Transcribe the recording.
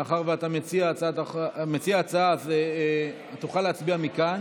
מאחר שאתה מציע ההצעה, תוכל להצביע מכאן